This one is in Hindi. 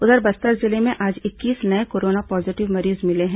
उधर बस्तर जिले में आज इक्कीस नये कोरोना पॉजीटिव मरीज मिले हैं